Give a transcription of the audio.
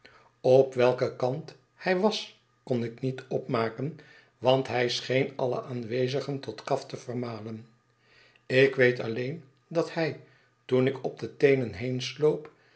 op welken kant hij was konikniet opmaken want hij scheen alle aanwezigen tot kaf te vermalen ik weet alleen dat hij toen ik op de teenen